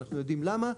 אנחנו יודעים למה.